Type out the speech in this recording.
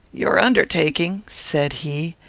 your undertaking, said he,